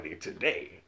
today